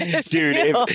dude